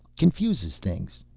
confuses things.